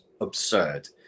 absurd